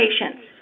patients